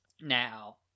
now